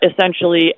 essentially